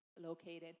located